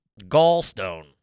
Gallstone